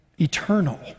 eternal